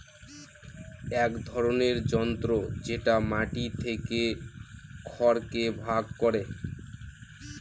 এক ধরনের যন্ত্র যেটা মাটি থেকে খড়কে ভাগ করে